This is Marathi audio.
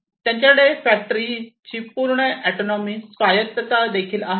त्यांच्याकडे फॅक्टरीची पूर्ण ऑटोनोमी स्वायत्तता देखील आहे